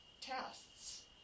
tests